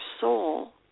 soul